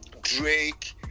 drake